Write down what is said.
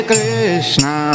Krishna